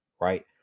right